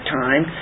time